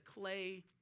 clay